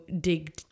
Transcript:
dig